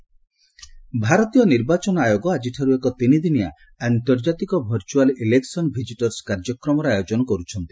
ECI ଭାରତୀୟ ନିର୍ବାଚନ ଆୟୋଗ ଆଜିଠାରୁ ଏକ ତିନି ଦିନିଆ 'ଆନ୍ତର୍ଜାତିକ ଭର୍ଚୁଆଲ୍ ଭଲେକ୍ସନ୍ ଭିକିଟର୍ସ କାର୍ଯ୍ୟକ୍ରମ'ର ଆୟୋଜନ କର୍ତ୍ଥନ୍ତି